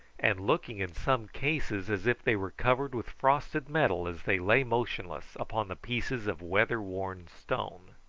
and looking in some cases as if they were covered with frosted metal as they lay motionless upon the pieces of weatherworn stone.